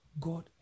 God